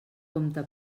compte